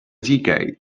decay